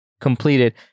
completed